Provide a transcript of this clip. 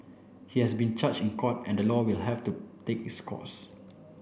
he has been charged in court and the law will have to take its course